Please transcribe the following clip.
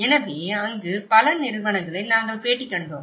எனவே அங்கு பல நிறுவனங்களை நாங்கள் பேட்டி கண்டோம்